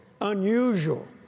unusual